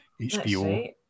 HBO